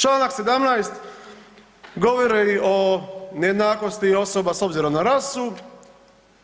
Čl. 17. govori o nejednakosti osoba s obzirom na rasu,